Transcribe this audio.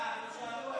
אה, לא שאלו?